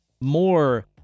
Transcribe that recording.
more